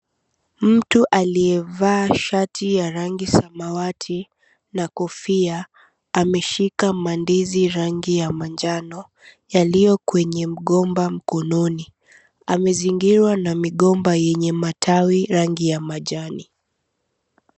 Mtu aliyevaa shati ya rangi samawati na kofia ameshika mandizi rangi ya manjano yaliyo kwenye mgomba mkoloni. Amezingirwa na migomba yenye matawi rangi ya majani.